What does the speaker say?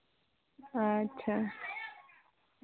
ᱟᱪᱪᱷᱟ